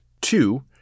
Two